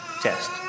test